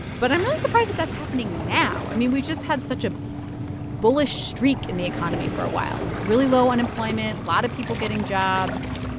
but i'm really surprised that that's happening now. i mean, we just had such a bullish streak in the economy for a while really low unemployment, a lot of people getting jobs.